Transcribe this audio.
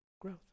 Growth